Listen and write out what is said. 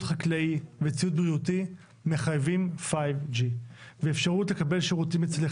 חקלאי וציוד בריאותי מחייבים 5G. ואפשרות לקבל שירותים מצילי